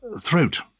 throat